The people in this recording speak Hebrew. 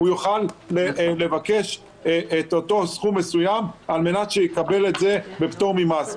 הוא יוכל לבקש את אותו סכום מסוים על מנת שיקבל את זה בפטור ממס.